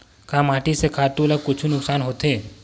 का माटी से खातु ला कुछु नुकसान होथे?